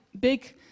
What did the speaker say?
big